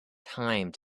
time